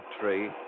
tree